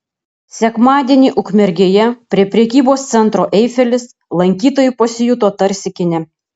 sekmadienį ukmergėje prie prekybos centro eifelis lankytojai pasijuto tarsi kine